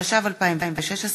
התשע"ו 2016,